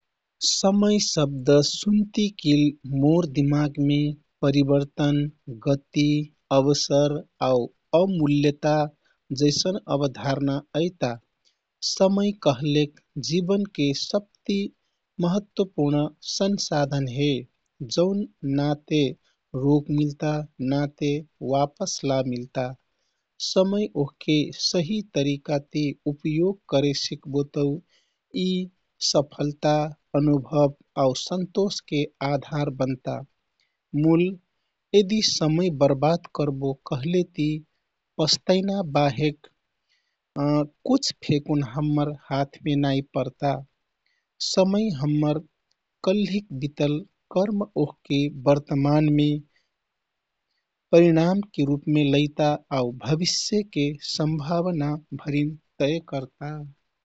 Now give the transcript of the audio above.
"समय" शब्द सुन्तिकिल मोर दिमागमे परिवर्तन, गति, अवसर आउ अमूल्यता जैसन अवधारणा अइता। समय कहलके जीवनके सबति महत्वपूर्ण संसाधन हे, जौन ना ते रोक मिल्ता, नाते वापस ला मिलता। समय ओहके सही तरिकाति उपयोग करे सिकबो तौ, यी सफलता, अनुभव आउ सन्तोषके आधार बन्ता। मूल यदि समय बर्बाद करबो कहलेति पस्तैना बाहेक कुछ फेकुन हम्मर हाथमे नाइ पर्ता। समय हम्मर कल्हिक बितल कर्म ओहके बर्तमानमे परिणामके रुपमे लैता आउ भविष्यके सम्भावना भरिन तय करता।